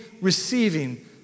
receiving